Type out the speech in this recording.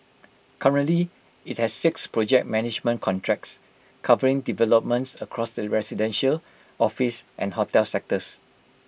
currently IT has six project management contracts covering developments across the residential office and hotel sectors